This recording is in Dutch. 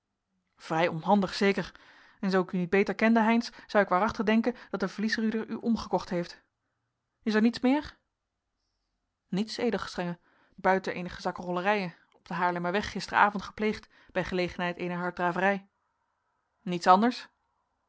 vrij onhandig zeker en zoo ik u niet beter kende heynsz zou ik waarachtig denken dat de vliesridder u omgekocht heeft is er niets meer niets ed gestrenge buiten eenige zakkenrollerijen op den haarlemmerweg gisteravond gepleegd bij gelegenheid eener harddraverij niets anders